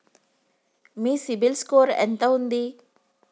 మీ CIBIL score ఎంత ఉంది?